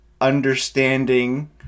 understanding